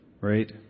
right